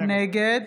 נגד